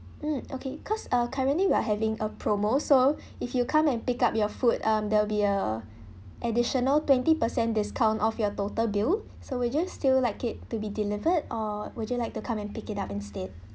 mm okay because uh currently we are having a promo so if you come and pick up your food um there'll be a additional twenty percent discount off your total bill so would you still like it to be delivered or would you like to come and pick it up instead